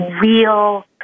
real